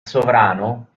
sovrano